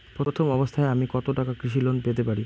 প্রথম অবস্থায় আমি কত টাকা কৃষি লোন পেতে পারি?